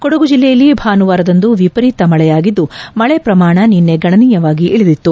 ಕೊಡಗು ಜಿಲ್ಲೆಯಲ್ಲಿ ಭಾನುವಾರದಂದು ವಿಪರೀತ ಮಳೆಯಾಗಿದ್ದು ಮಳೆ ಪ್ರಮಾಣ ನಿನ್ನೆ ಗಣನೀಯವಾಗಿ ಇಳಿದಿತ್ತು